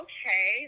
Okay